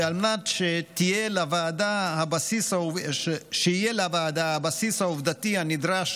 ועל מנת שיהיה לוועדה הבסיס העובדתי הנדרש